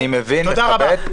אני מבין ומכבד,